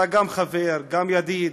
אתה גם חבר, גם ידיד,